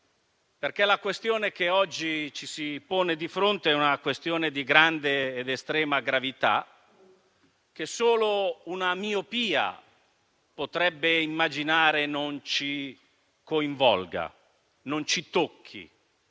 La questione che oggi ci si pone di fronte è di grande ed estrema gravità e solo una miopia potrebbe immaginare che non ci coinvolga, non ci tocchi,